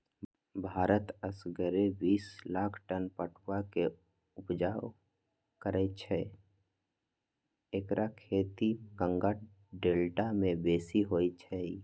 भारत असगरे बिस लाख टन पटुआ के ऊपजा करै छै एकर खेती गंगा डेल्टा में बेशी होइ छइ